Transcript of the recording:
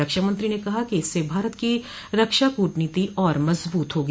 रक्षामंत्री ने कहा कि इससे भारत की रक्षा कूटनीति और मजबूत होगी